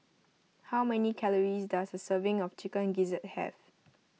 how many calories does a serving of Chicken Gizzard have